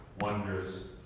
wonders